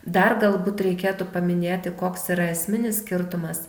dar galbūt reikėtų paminėti koks yra esminis skirtumas